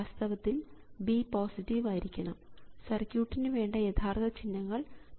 വാസ്തവത്തിൽ B positive ആയിരിക്കണം സർക്യൂട്ടിനു വേണ്ട യഥാർത്ഥ ചിഹ്നങ്ങൾ ഉം ഉം ആണ്